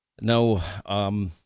no